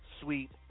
sweet